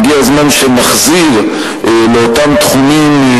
הגיע הזמן שנחזיר לאותם תחומים,